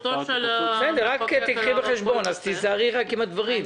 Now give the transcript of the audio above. רק תיקחי בחשבון, אז תיזהרי עם הדברים.